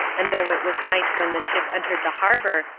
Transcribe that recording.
and though it was night when the ship entered the harbour,